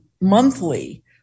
monthly